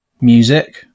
music